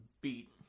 beat